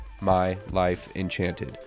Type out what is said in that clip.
mylifeenchanted